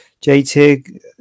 JT